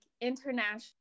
international